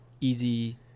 easy